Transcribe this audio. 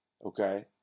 Okay